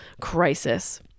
crisis